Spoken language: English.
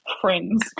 friends